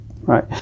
Right